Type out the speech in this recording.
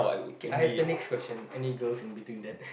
can I ask the next question any girl in between that